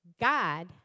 God